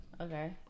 Okay